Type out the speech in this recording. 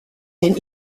and